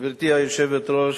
גברתי היושבת-ראש,